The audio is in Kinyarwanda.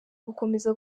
gukomeza